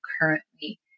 currently